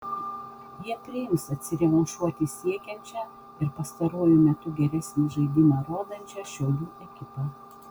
jie priims atsirevanšuoti sieksiančią ir pastaruoju metu geresnį žaidimą rodančią šiaulių ekipą